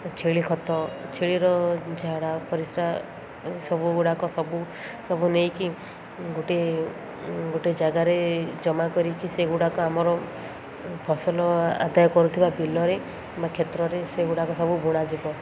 ଛେଳି ଖତ ଛେଳିର ଝାଡ଼ା ପରିଶ୍ରା ସବୁ ଗୁଡ଼ାକ ସବୁ ସବୁ ନେଇକି ଗୋଟିଏ ଗୋଟେ ଜାଗାରେ ଜମା କରିକି ସେଗୁଡ଼ାକ ଆମର ଫସଲ ଆଦାୟ କରୁଥିବା ବିଲରେ ବା କ୍ଷେତ୍ରରେ ସେଗୁଡ଼ାକ ସବୁ ବୁଣାଯିବ